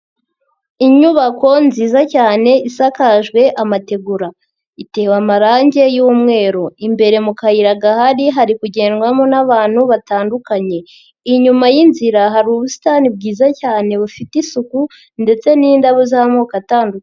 Inyubako nziza cyane isakajwe amategura, itewe amarangi y'mweru, imbere mu kayira gahari hari kugendwamo n'abantu batandukanye, inyuma y'inzira hari ubusitani bwiza cyane bufite isuku ndetse n'indabo z'amoko atandukanye.